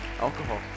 alcohol